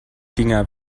dinger